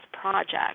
project